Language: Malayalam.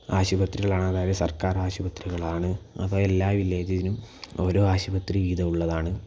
ആശുപത്രികളാണ് അതായത് സർക്കാർ ആശുപത്രികളാണ് അപ്പോൾ എല്ലാ വില്ലേജിനും ഓരോ ആശുപത്രി വീതം ഉള്ളതാണ്